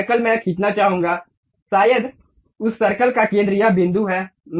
circle मैं खींचना चाहूंगा शायद उस सर्कल का केंद्र यह बिंदु है